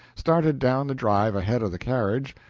started down the drive ahead of the carriage,